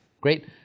Great